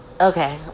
Okay